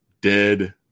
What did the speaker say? Dead